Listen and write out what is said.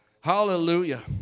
hallelujah